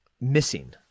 missing